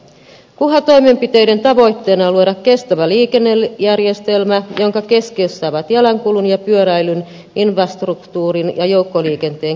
kuha toimenpiteiden tavoitteena on luoda kestävä liikennejärjestelmä jonka keskiössä ovat jalankulun ja pyöräilyn infrastruktuurin ja joukkoliikenteen kehittäminen